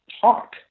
talk